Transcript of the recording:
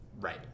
Right